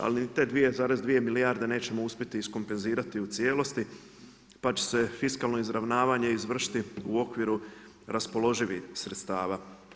Ali ni te 2,2 milijarde nećemo uspjeti iskompenzirati u cijelosti, pa će se fiskalno izravnavanje izvršiti u okviru raspoloživih sredstava.